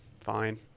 Fine